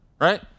right